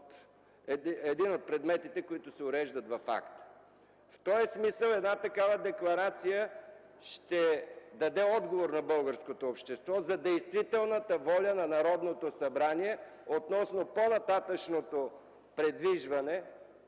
един от предметите, които се уреждат в АСТА. В този смисъл една такава декларация ще даде отговор на българското общество за действителната воля на Народното събрание относно по-нататъшното придвижване